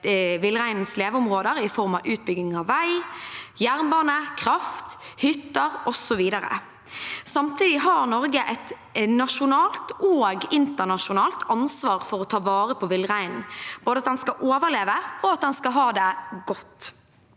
i form av utbygging av vei, jernbane, kraft, hytter, osv. Samtidig har Norge et nasjonalt og internasjonalt ansvar for å ta vare på villreinen – både at den skal overleve, og at den skal ha det godt.